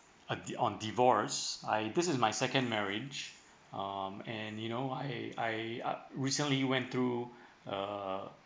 uh di~ on divorce I this is my second marriage um and you know I I recently went through a